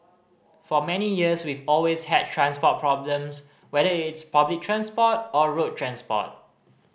for many years we've always had transport problems whether it's public transport or road transport